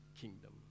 kingdom